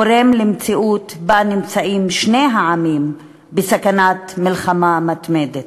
גורם למציאות שבה נמצאים שני העמים בסכנת מלחמה מתמדת.